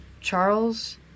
Charles